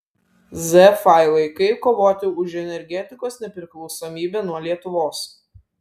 z failai kaip kovoti už energetikos nepriklausomybę nuo lietuvos